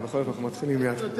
אבל בכל זאת אנחנו מתחילים מההתחלה.